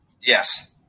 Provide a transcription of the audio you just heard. Yes